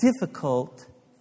difficult